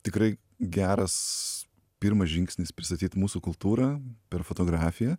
tikrai geras pirmas žingsnis pristatyt mūsų kultūrą per fotografiją